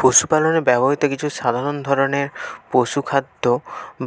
পশুপালনে ব্যবহৃত কিছু সাধারণ ধরনের পশুখাদ্য